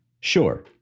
Sure